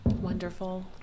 Wonderful